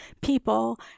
people